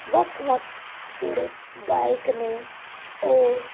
ਵੱਖ ਵੱਖ ਜਿਹੜੇ ਗਾਇਕ ਨੇ ਉਹ